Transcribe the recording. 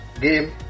game